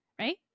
Right